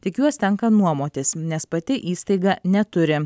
tik juos tenka nuomotis nes pati įstaiga neturi